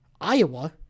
iowa